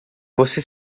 você